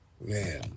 Man